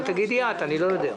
אבל תגידי את, אני לא יודע.